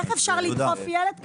איך אפשר לדחוף ילד כזה?